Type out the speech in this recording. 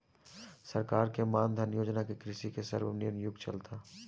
सरकार के मान धन योजना से कृषि के स्वर्णिम युग चलता